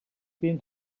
been